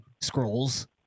scrolls